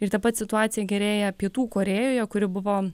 ir taip pat situacija gerėja pietų korėjoje kuri buvo